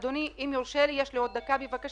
אדוני, אם יורשה לי, יש לי עוד דקה, בבקשה.